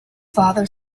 father